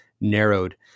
narrowed